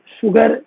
sugar